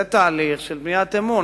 זה תהליך של בניית אמון.